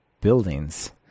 buildings